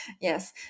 Yes